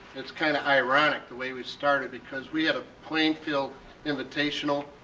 it's kind of ironic the way we started because we had a plainfield invitational,